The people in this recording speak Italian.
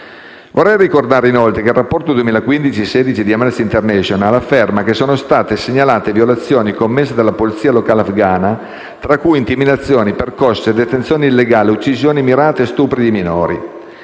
Vorrei ricordare, inoltre, che il rapporto 2015-2016 di Amnesty International afferma che «sono state segnalate violazioni commesse dalla polizia locale afghana (ALP) fra cui intimidazioni, percosse, detenzioni illegali, uccisioni mirate, stupri di minori».